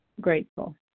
grateful